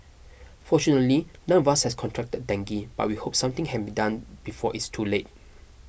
fortunately none of us has contracted dengue but we hope something can be done before it's too late